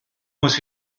muss